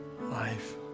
life